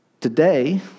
Today